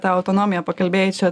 tą autonomiją pakalbėjai čia